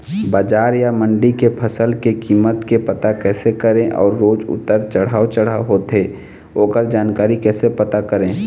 बजार या मंडी के फसल के कीमत के पता कैसे करें अऊ रोज उतर चढ़व चढ़व होथे ओकर जानकारी कैसे पता करें?